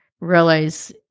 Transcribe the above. realize